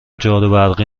جاروبرقی